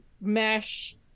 mesh